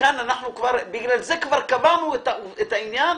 בגלל זה כבר קבענו את העניין,